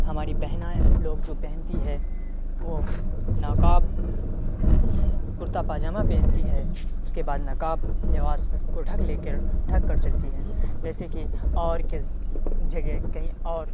ہماری بہنیں لوگ جو پہنتی ہے وہ نقاب کرتا پاجامہ پہنتی ہے اس کے بعد نقاب لباس کو ڈھک لے کر ڈھک کر چلتی ہے جیسے کہ اور جگہ کہیں اور